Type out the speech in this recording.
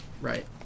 Right